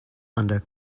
under